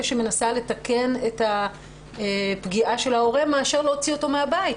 שמנסה לתקן את הפגיעה של ההורה מאשר להוציא אותם מן הבית.